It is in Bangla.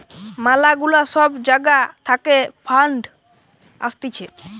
ম্যালা গুলা সব জাগা থাকে ফান্ড আসতিছে